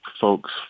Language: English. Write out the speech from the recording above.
folks